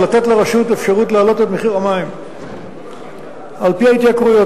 לתת לרשות אפשרות להעלות את מחיר המים על-פי ההתייקרויות,